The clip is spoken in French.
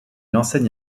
enseigne